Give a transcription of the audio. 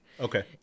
Okay